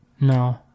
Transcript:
No